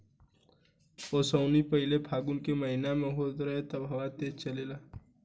ओसौनी पहिले फागुन के महीना में होत रहे तब हवा तेज़ चलेला